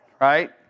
Right